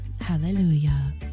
Hallelujah